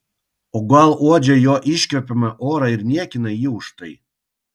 o gal uodžia jo iškvepiamą orą ir niekina jį už tai